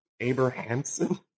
Abrahamson